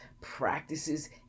practices